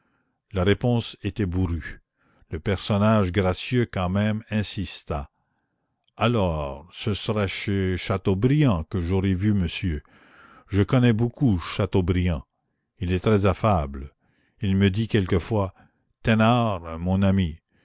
la réponse était bourrue le personnage gracieux quand même insista alors ce sera chez chateaubriand que j'aurai vu monsieur je connais beaucoup chateaubriand il est très affable il me dit quelquefois thénard mon ami